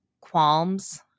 qualms